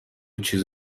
چیز